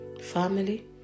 family